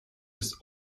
des